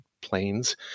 planes